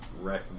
Wreck